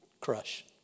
crush